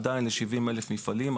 עדיין ל-70,000 מפעלים,